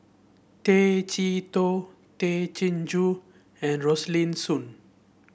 Tay Chee Toh Tay Chin Joo and Rosaline Soon